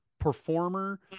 performer